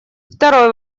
второй